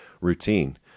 routine